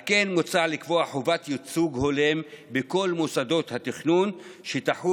על כן מוצע לקבוע חובת ייצוג הולם בכל מוסדות התכנון שתחול